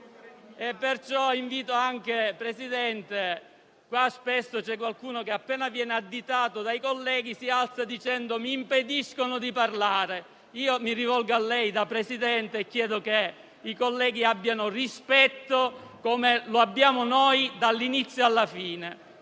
Signor Presidente, qui c'è qualcuno che, appena viene additato dai colleghi, si alza dicendo che gli impediscono di parlare. Io mi rivolgo a lei, signor Presidente, e chiedo che i colleghi abbiano rispetto, come lo abbiamo noi dall'inizio alla fine.